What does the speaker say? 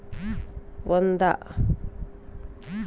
Premium అత్తే ఎంత?